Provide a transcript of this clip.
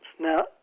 Now